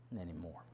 anymore